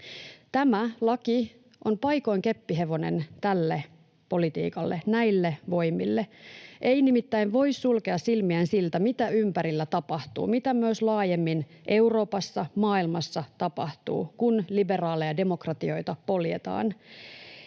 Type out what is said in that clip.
Tämä laki on paikoin keppihevonen tälle politiikalle, näille voimille. Ei nimittäin voi sulkea silmiään siltä, mitä ympärillä tapahtuu, mitä myös laajemmin Euroopassa, maailmassa tapahtuu, kun liberaaleja demokratioita poljetaan,